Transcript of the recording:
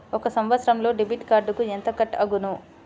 ఒక సంవత్సరంలో డెబిట్ కార్డుకు ఎంత కట్ అగును?